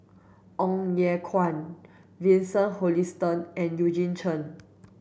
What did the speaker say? Ong Ye Kung Vincent Hoisington and Eugene Chen